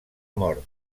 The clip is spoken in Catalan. mort